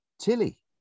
Tilly